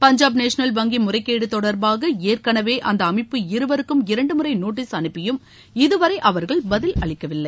Punjab national வங்கி முறைகேடு தொடர்பாக ஏற்கெனவே அந்த அமைப்பு இருவருக்கும் இரண்டு முறை நோட்டிஸ் அனுப்பியும் இதுவரை அவர்கள் பதில் அளிக்கவில்லை